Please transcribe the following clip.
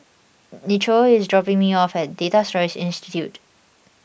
Nichole is dropping me off at Data Storage Institute